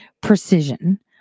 precision